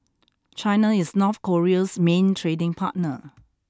China is North Korea's main trading partner